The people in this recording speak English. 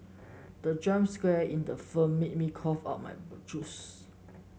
the jump scare in the film made me cough out my juice